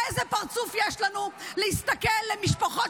איזה פרצוף יש לנו להסתכל בעיניים למשפחות